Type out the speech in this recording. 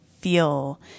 feel